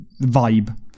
vibe